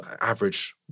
average